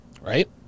right